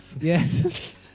Yes